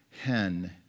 hen